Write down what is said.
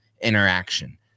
interaction